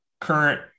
current